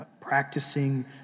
practicing